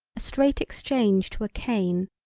a straight exchange to a cane,